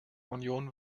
union